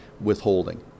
withholding